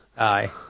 aye